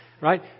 Right